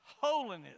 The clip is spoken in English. Holiness